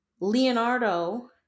leonardo